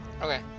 Okay